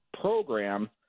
program